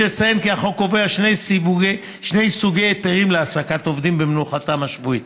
יש לציין כי החוק קובע שני סוגי היתרים להעסקת עובדים במנוחתם השבועית: